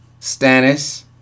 Stannis